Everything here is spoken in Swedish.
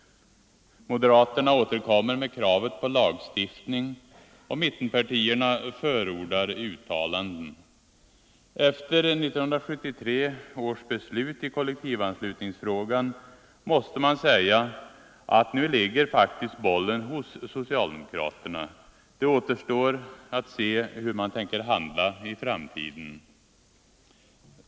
Moderaterna återkommer med kravet på lagstiftning och mittenpartierna förordar uttalanden. Efter 1973 års beslut i kollektivanslutningsfrågan måste man säga att nu ligger faktiskt bollen hos socialdemokraterna. Det återstår att se hur de tänker handla i framtiden.